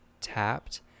tapped